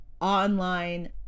online